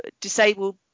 disabled